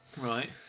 Right